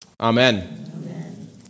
Amen